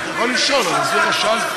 אתה יכול לשאול, אבל זה מה ששאלתי.